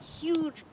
huge